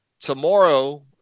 Tomorrow